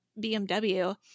BMW